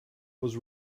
was